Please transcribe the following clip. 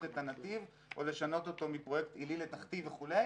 את הנתיב או לשנות אותו מפרויקט עילי לתחתי וכו'.